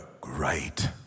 great